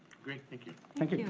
great, thank you. thank you.